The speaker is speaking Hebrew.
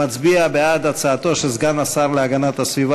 מצביע בעד הצעתו של סגן השר להגנת הסביבה